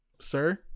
sir